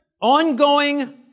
ongoing